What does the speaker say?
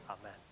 Amen